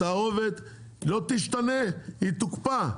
התערובת לא תשתנה היא תוקפא.